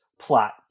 plot